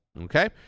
Okay